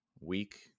week